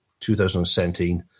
2017